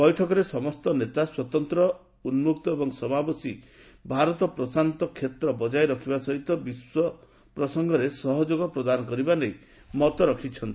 ବୈଠକରେ ସମସ୍ତ ନେତା ସ୍ୱତନ୍ତ୍ର ଉନ୍କକ୍ତ ଓ ସମାବେଶୀ ଭାରତ ପ୍ରଶାନ୍ତ କ୍ଷେତ୍ର ବଜାୟ ରଖିବା ସହିତ ବିଶ୍ୱ ପ୍ରସଙ୍ଗରେ ସହଯୋଗ ପ୍ରଦାନ କରିବା ନେଇ ମତ ରଖିଛନ୍ତି